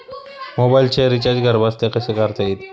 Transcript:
मोबाइलचे रिचार्ज घरबसल्या कसे करता येईल?